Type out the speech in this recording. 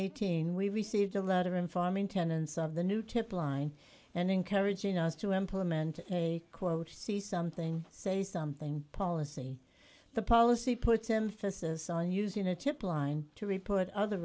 eighteen we received a letter informing tenants of the new tip line and encouraging us to implement a quote see something say something policy the policy puts emphasis on using a tip line to report other